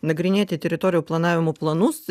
nagrinėti teritorijų planavimo planus